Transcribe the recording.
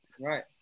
Right